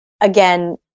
Again